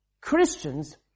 Christians